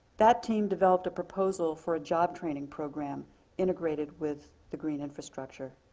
that team developed a proposal for a job training program integrated with the green infrastructure.